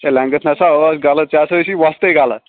ہے length نہ سا ٲس غلط ژےٚ سا ٲسی وۄستٕے غلط